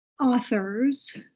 authors